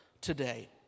today